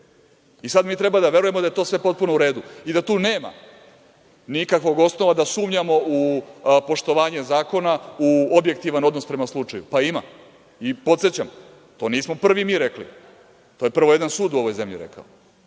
sada mi treba da verujemo da je to sve potpuno u redu i da tu nema nikakvog osnova da sumnjamo u poštovanje zakona, u objektivan odnos prema slučaju, pa ima, i podsećam, to nismo prvi mi rekli, to je prvo jedan sud u ovoj zemlji rekao,